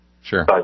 sure